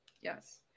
Yes